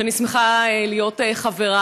שאני שמחה להיות בה.